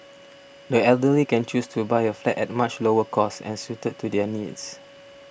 the elderly can choose to buy a flat at much lower cost and suited to their needs